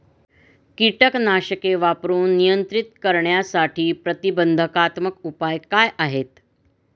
कीटकनाशके वापरून नियंत्रित करण्यासाठी प्रतिबंधात्मक उपाय काय आहेत?